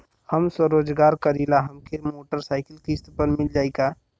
हम स्वरोजगार करीला हमके मोटर साईकिल किस्त पर मिल जाई का?